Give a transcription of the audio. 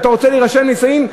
ואתה רוצה להירשם לנישואין,